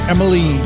Emily